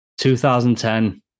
2010